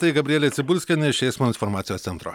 tai gabrielė cibulskienė iš eismo informacijos centro